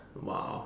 !wow!